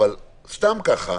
סתם ככה,